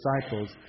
disciples